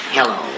Hello